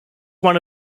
one